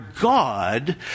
God